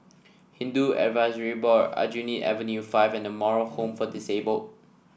Hindu Advisory Board Aljunied Avenue Five and Moral Home for Disabled